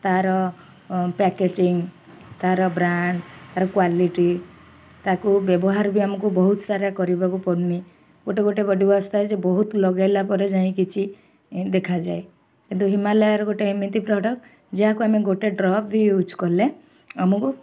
ତାର ପ୍ୟାକେଜିଂ ତାର ବ୍ରାଣ୍ଡ ତାର କ୍ଵାଲିଟି ତାକୁ ବ୍ୟବହାର ବି ଆମକୁ ବହୁତସାରା କରିବାକୁ ପଡ଼ୁନି ଗୋଟେ ଗୋଟେ ବଡ଼ିୱାଶ୍ ଥାଏ ଯେ ବହୁତ ଲଗେଇଲା ପରେ ଯାଇ କିଛି ଦେଖାଯାଏ କିନ୍ତୁ ହିମାଲୟର ଗୋଟେ ଏମିତି ପ୍ରଡ଼କ୍ଟ ଯାହାକୁ ଆମେ ଗୋଟେ ଡ୍ରପ୍ ବି ୟୁଜ୍ କଲେ ଆମକୁ